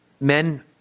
men